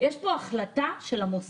יש פה החלטה של המוסד.